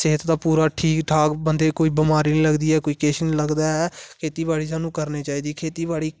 सेहत दा पूरा ठीक ठाक बंदे गी कोई बमारी नेईं लगदी ऐ किश नेई लगदा ऐ खेतीबाडी़ सानू करने चाहिदी खेती बाडी़